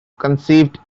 conceived